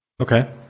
Okay